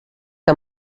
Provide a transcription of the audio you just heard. que